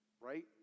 right